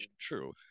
true